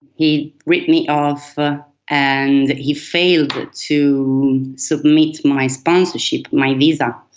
he ripped me off and he failed to submit my sponsorship, my visa,